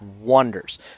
wonders